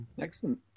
Excellent